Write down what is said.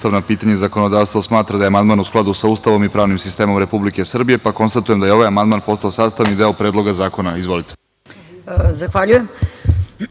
Zahvaljujem.U